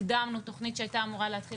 הקדמנו תוכנית שהייתה אמורה להתחיל